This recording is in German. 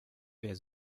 wer